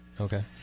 Okay